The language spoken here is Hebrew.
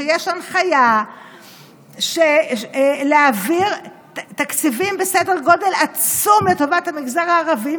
שיש הנחיה להעביר תקציבים בסדר גודל עצום לטובת המגזר הערבי,